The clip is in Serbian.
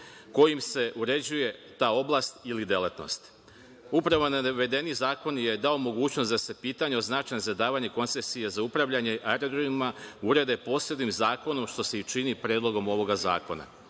kojim se uređuje ta oblast ili delatnost. Upravo navedeni zakoni je dao mogućnost da se pitanje od značaja za davanje koncesije za upravljanje aerodromima urede posebnim zakonom što se i čini predlogom ovoga zakona.